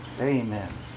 Amen